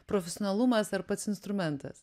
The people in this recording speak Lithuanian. profesionalumas ar pats instrumentas